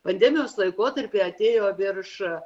pandemijos laikotarpy atėjo virš